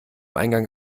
eingang